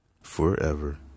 Forever